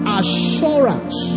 assurance